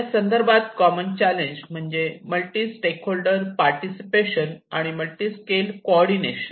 यासंदर्भातील common challenge म्हणजे multi stakeholder participation आणि मल्टी स्केल को ऑर्डिनेशन